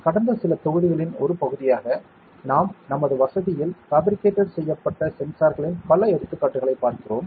கடந்த சில தொகுதிகளின் ஒரு பகுதியாக நாம் நமது வசதியில் பாபிரிகேட்ட் செய்யப்பட்ட சென்சார்களின் பல எடுத்துக்காட்டுகளை பார்க்கிறோம்